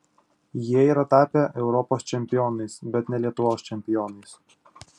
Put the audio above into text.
jie yra tapę europos čempionais bet ne lietuvos čempionais